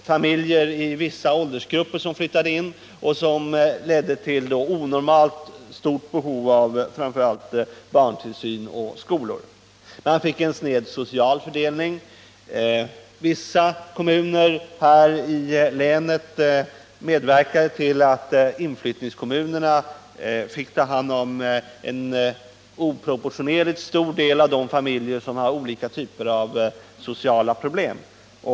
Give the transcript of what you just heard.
Familjer i vissa åldersgrupper flyttade in, vilket ledde till ett onormalt stort behov av framför allt barntillsyn och skolor. Man fick en sned social fördelning. Somliga kommuner här i länet medverkade till att inflyttningskommunerna fick ta hand om en oproportionerligt stor del av familjer med olika typer av sociala problem.